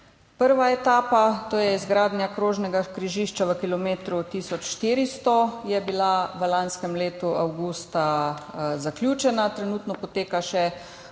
Prva etapa, to je izgradnja krožnega križišča v kilometru 1 plus 400, je bila v lanskem letu avgusta zaključena. Trenutno poteka še